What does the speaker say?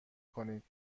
کنید